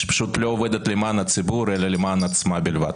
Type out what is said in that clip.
שפשוט לא עובדת למען הציבור אלא למען עצמה בלבד.